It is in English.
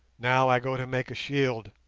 now i go to make a shield,